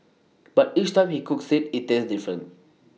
but each time he cooks IT it tastes different